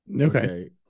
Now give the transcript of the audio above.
Okay